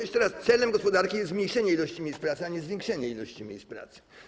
Jeszcze raz: celem gospodarki jest zmniejszenie ilości miejsc pracy, a nie zwiększenie ilości miejsc pracy.